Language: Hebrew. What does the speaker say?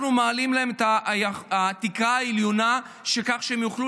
אנחנו מעלים להם את התקרה העליונה כך שהם יוכלו